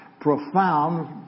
profound